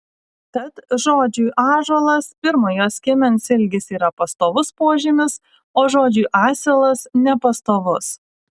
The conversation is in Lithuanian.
tad žodžiui ąžuolas pirmojo skiemens ilgis yra pastovus požymis o žodžiui asilas nepastovus